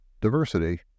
diversity